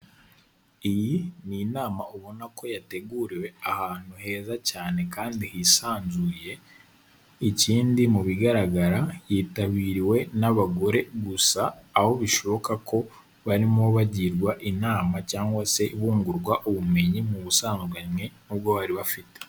Iyi ni inama ubona ko yateguriwe ahantu heza cyane kandi hisanzuye, ikindi mu bigaragara yitabiriwe n'abagore gusa, aho bishoboka ko barimo bagirwa inama cyangwa se bungurwa ubumenyi mu busanganywe n'ubwo bari bafite.